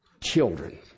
children